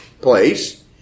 place